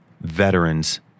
veterans